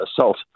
assault